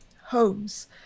homes